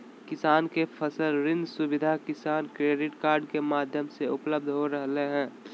किसान के फसल ऋण सुविधा किसान क्रेडिट कार्ड के माध्यम से उपलब्ध हो रहल हई